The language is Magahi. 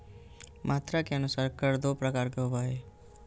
मात्रा के अनुसार कर दू प्रकार के होबो हइ